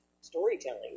storytelling